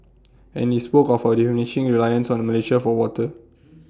and he spoke of our diminishing reliance on Malaysia for water